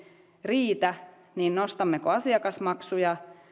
riitä niin nostammeko asiakasmaksuja